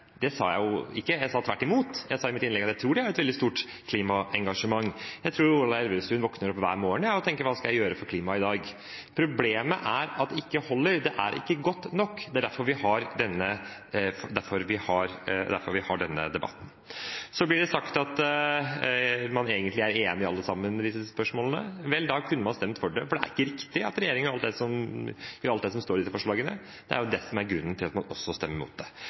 Det sa jeg ikke. Jeg sa tvert imot i mitt innlegg at jeg tror de har et veldig stort klimaengasjement. Jeg tror Ola Elvestuen våkner opp hver morgen og tenker: Hva skal jeg gjøre for klimaet i dag? Problemet er at det ikke holder, det er ikke godt nok. Det er derfor vi har denne debatten. Så blir det sagt at egentlig er man alle sammen enig i disse spørsmålene. Vel, da kunne man ha stemt for. Det er ikke riktig at regjeringen gjør alt det som står i disse forslagene, og det er også det som er grunnen til at man stemmer mot. Til slutt: Jeg håper også at det